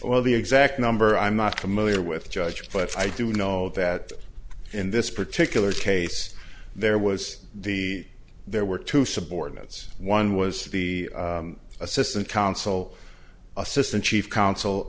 well the exact number i'm not familiar with judge but i do know that in this particular case there was the there were two subordinates one was to be assistant counsel assistant chief coun